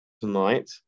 tonight